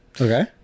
Okay